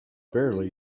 barely